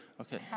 Okay